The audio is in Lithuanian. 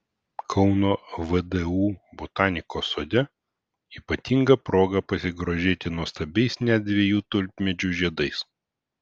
kauno vdu botanikos sode ypatinga proga pasigrožėti nuostabiais net dviejų tulpmedžių žiedais